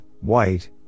white